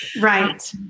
right